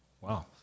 wow